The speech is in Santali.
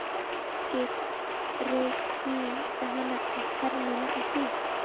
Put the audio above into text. ᱠᱮᱠᱥ ᱨᱮᱠᱤ ᱡᱟᱦᱟᱱᱟᱜ ᱚᱯᱷᱟᱨ ᱢᱮᱱᱟᱜᱼᱟ ᱠᱤ